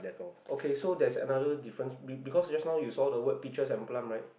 okay so there's another difference be~ because just now you saw the word pictures and plum right